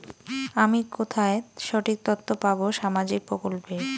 আমি কোথায় সঠিক তথ্য পাবো সামাজিক প্রকল্পের?